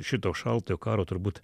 šito šaltojo karo turbūt